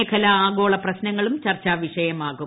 മേഖല ആഗോള പ്രശ്നങ്ങളും ചർച്ചാ വിഷയമാകും